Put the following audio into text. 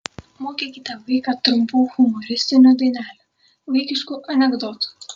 mokykite vaiką trumpų humoristinių dainelių vaikiškų anekdotų